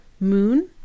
moon